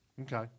Okay